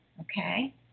okay